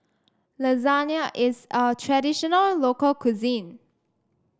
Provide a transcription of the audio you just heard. Lasagne is a traditional local cuisine